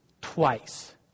twice